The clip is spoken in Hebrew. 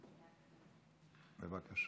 בבקשה.